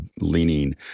leaning